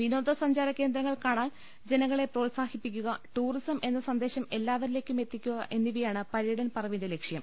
വിനോദ സഞ്ചാരകേന്ദ്രങ്ങൾ കാണാൻ ജനങ്ങളെ പ്രോത്സാഹിപ്പിക്കുക ടൂറിസം എന്ന സന്ദേശം എല്ലാവരിലേക്കും എത്തിക്കുക എന്നിവയാണ് പര്യടൻ പർവ്വിന്റെ ലക്ഷ്യം